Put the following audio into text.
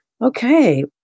Okay